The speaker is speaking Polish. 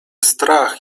strach